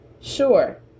Sure